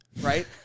right